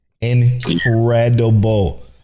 Incredible